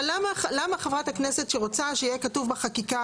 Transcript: אבל למה חברת כנסת שרוצה שיהיה כתוב בחקיקה,